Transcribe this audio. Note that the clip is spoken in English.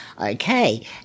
Okay